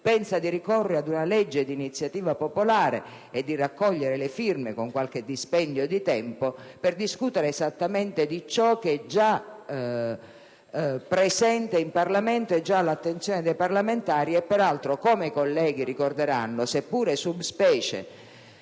pensa di ricorrere ad una legge di iniziativa popolare e di raccogliere le firme, con qualche dispendio di tempo, per discutere esattamente di quanto è già presente in Parlamento, è già all'attenzione dei parlamentari e, come ricorderanno i colleghi, sia pure *sub specie*